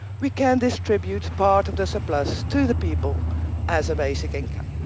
we can distribute part of the surplus to the people as a basic income.